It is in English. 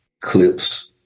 clips